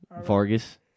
Vargas